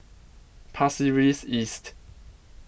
Pasir Ris East